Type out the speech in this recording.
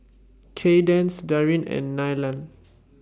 Kaydence Darin and Nylah